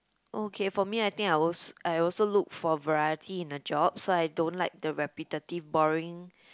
okay for me I think I will als~ I will also look for variety in the job so I don't like the repetitive boring